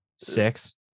six